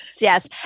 yes